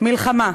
מלחמה.